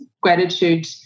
gratitude